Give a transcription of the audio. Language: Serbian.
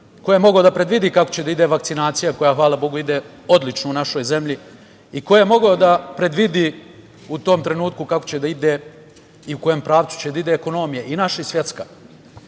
ko je mogao da predvidi kako će da ide vakcinacija, koja hvala Bogu ide odlično u našoj zemlji, i ko je mogao da predvidi u tom trenutku kako će da ide i u kojem pravcu će da ide ekonomija i naša i svetska? Drago